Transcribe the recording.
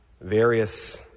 Various